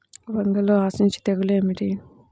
వంగలో ఆశించు తెగులు ఏమిటి?